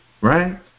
Right